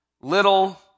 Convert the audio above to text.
little